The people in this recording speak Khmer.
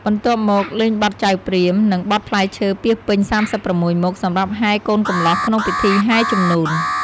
បន្ទាប់មក លេងបទចៅព្រាហ្មណ៍ និងបទផ្លែឈើពាសពេញ៣៦មុខ សម្រាប់ហែរកូនកំលោះក្នុងពិធីហែរជំនូន។